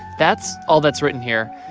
that's all that's written here.